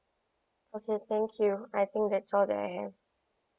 okay thank you I think that's all that I have